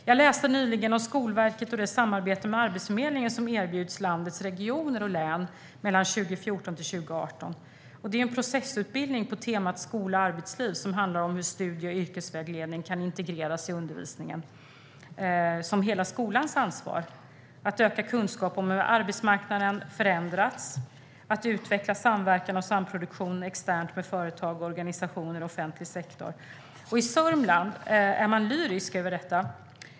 Jag läste nyligen om Skolverket och det samarbete med Arbetsförmedlingen som erbjuds landets regioner och län mellan 2014 och 2018. Det är en processutbildning på temat skola och arbetsliv som handlar om hur studie och yrkesvägledning kan integreras i undervisningen som hela skolans ansvar. Det handlar om att öka kunskapen om hur arbetsmarknaden förändrats och att utveckla samverkan och samproduktion externt med företag, organisationer och offentlig sektor. I Sörmland är man lyrisk över detta.